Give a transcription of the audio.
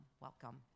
Welcome